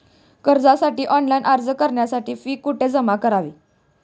कर्जासाठी ऑनलाइन अर्ज करण्यासाठी फी कुठे जमा करावी?